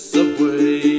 Subway